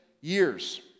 years